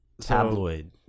tabloid